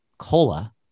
cola